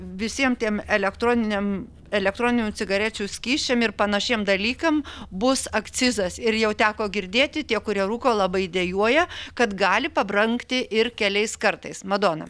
visiem tiems elektroniniam elektroninių cigarečių skysčiam ir panašiem dalykam bus akcizas ir jau teko girdėti tie kurie rūko labai dejuoja kad gali pabrangti ir keliais kartais madona